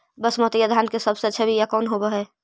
बसमतिया धान के सबसे अच्छा बीया कौन हौब हैं?